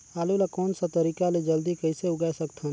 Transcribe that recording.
आलू ला कोन सा तरीका ले जल्दी कइसे उगाय सकथन?